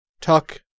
talk